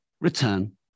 return